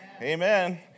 amen